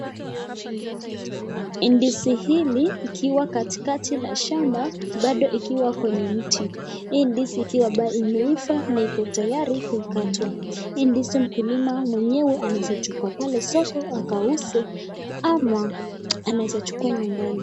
Ndizi hili ikiwa katikati la shamba bado ikiwa kwenye mti, hii ndizi ikiwa imeiva na iko tayari kukatwa hii ndizi mkulima mwenyewe anaeza chukua pale soko akauze ama anaezachukua nyumbani.